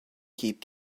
keep